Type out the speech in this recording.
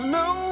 no